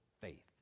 faith